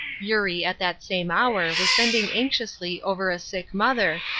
eurie at that same hour was bending anxiously over a sick mother,